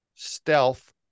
stealth